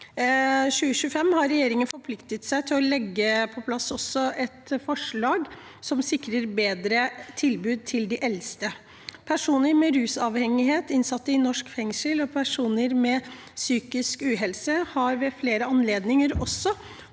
2025 har regjeringen også forpliktet seg til å legge på plass et forslag som sikrer bedre tilbud til de eldste. Personer med rusavhengighet, innsatte i norske fengsel og personer med psykisk uhelse har ved flere anledninger også